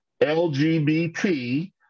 LGBT